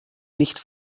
nicht